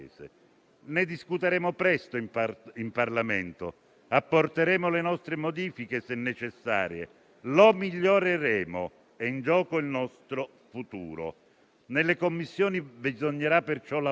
convinti di riuscire a rafforzare in Parlamento la maggioranza, per un patto di legislatura. Ora bisogna concentrarsi sui problemi degli italiani e lavorare intensamente;